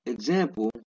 Example